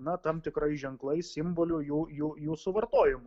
na tam tikrais ženklais simbolių jų jų jų suvartojimu